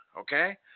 Okay